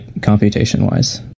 computation-wise